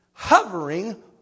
hovering